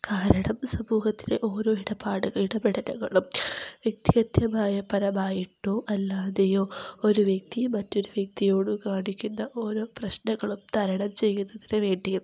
കാരണം സമൂഹത്തിലെ ഓരോ ഇടപാട് ഇടപെടലുകളും വ്യക്തിഹത്യമായ പരമായിട്ടോ അല്ലാതെയോ ഒരു വ്യക്തി മറ്റൊരു വ്യക്തിയോട് കാണിക്കുന്ന ഓരോ പ്രശ്നങ്ങളും തരണം ചെയ്യുന്നതിനു വേണ്ടിയും